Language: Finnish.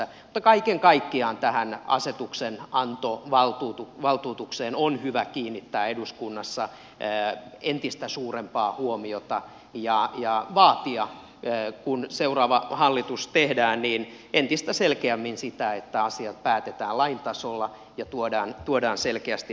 mutta kaiken kaikkiaan tähän asetuksenantovaltuutukseen on hyvä kiinnittää eduskunnassa entistä suurempaa huomiota ja vaatia kun seuraava hallitus tehdään entistä selkeämmin sitä että asiat päätetään lain tasolla ja tuodaan selkeästi nähtäviin